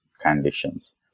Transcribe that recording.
conditions